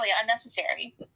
unnecessary